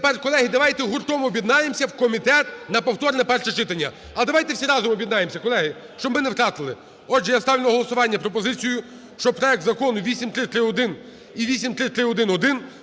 тепер, колеги, давайте гуртом об'єднаємося – в комітет на повторне перше читання. А давайте всі разом об'єднаємося, колеги, щоб ми не втратили. Отже, я ставлю на голосування пропозицію, щоб проект Закону 8331 і 8331-1